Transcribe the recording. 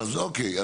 אז אוקיי.